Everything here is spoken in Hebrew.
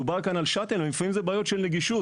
דובר כאן על שאטל ולפעמים זה בעיות של נגישות,